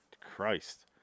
Christ